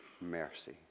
Mercy